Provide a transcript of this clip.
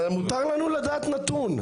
מותר לנו לדעת נתון.